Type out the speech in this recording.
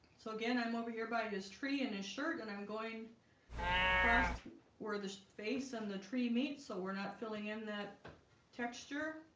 so again i'm over here by his tree and his shirt and i'm going across where the face and the tree meet, so we're not filling in that texture